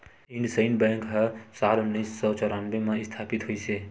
IndusInd bank ह साल उन्नीस सौ चैरानबे म इस्थापित होइस हे